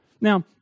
Now